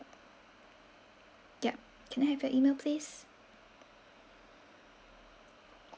yup can I have your email please